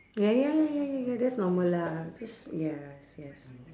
ya ya ya ya ya that's normal lah cause ya yes